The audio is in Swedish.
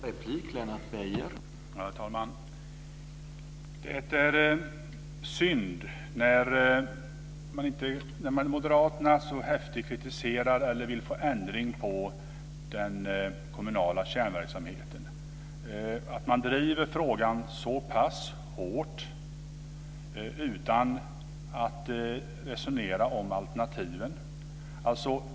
Herr talman! Det är synd när moderaterna så häftigt kritiserar eller vill få ändring på den kommunala kärnverksamheten, att moderaterna driver frågan så pass hårt utan att resonera om alternativen.